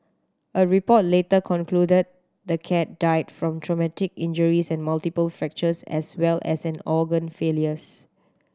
a report later concluded the cat died from traumatic injuries and multiple fractures as well as an organ failures